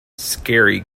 scary